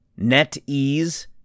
NetEase